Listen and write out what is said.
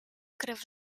krew